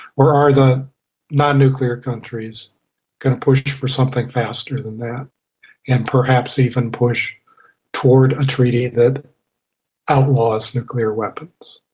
or are the non-nuclear countries going to push for something faster than that and perhaps even push toward a treaty that outlaws nuclear weapons.